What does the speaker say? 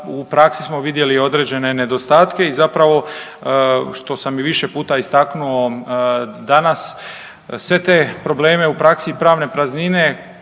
u praksi smo vidjeli određene nedostatke i zapravo što sam i više puta istaknuo, danas sve te probleme u praksi i pravne praznine